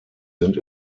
sind